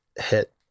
hit